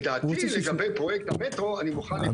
את דעתי לגבי פרויקט המטרו אני מוכן לפרוש אם הוועדה מאפשרת,